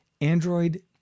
Android